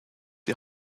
die